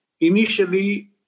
initially